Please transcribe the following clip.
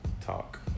Talk